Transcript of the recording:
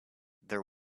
there